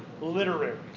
literary